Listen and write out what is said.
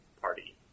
party